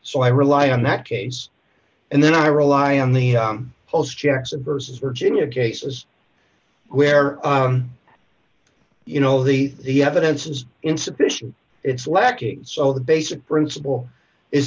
so i rely on that case and then i rely on the holes jackson versus virginia cases where i don't you know the the evidence is insufficient it's lacking so the basic principle is